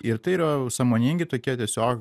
ir tai yra sąmoningi tokie tiesiog